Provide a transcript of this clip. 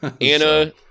Anna